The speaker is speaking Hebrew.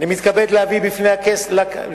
אני מתכבד להביא בפני הכנסת